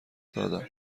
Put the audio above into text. دادم